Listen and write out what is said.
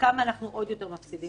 כמה אנחנו עוד יותר מפסידים.